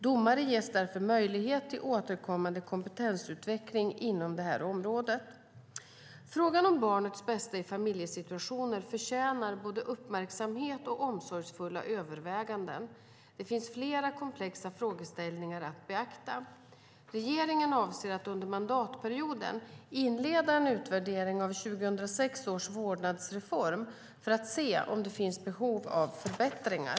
Domare ges därför möjlighet till återkommande kompetensutveckling inom detta område. Frågan om barnets bästa i familjesituationer förtjänar både uppmärksamhet och omsorgsfulla överväganden. Det finns flera komplexa frågeställningar att beakta. Regeringen avser att under mandatperioden inleda en utvärdering av 2006 års vårdnadsreform för att se om det finns behov av förbättringar.